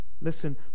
listen